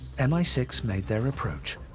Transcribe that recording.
m i six made their approach,